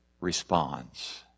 responds